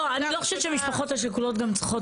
לא, אני לא חושבת שהמשפחות השכולות גם צריכות.